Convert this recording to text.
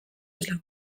isla